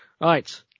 Right